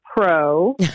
pro